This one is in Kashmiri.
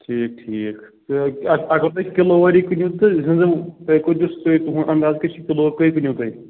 ٹھیٖک ٹھیٖک تہٕ اگر تُہۍ کِلوٗ وٲری کٕنِو تہٕ زِنٛدٕ تُہۍ کٍتِس تُہۍ تُہُنٛد اَنٛدازٕ کۭتِس چھُو کِلوٗ کٔہۍ کٕنِو تُہۍ